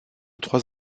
trois